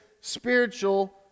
spiritual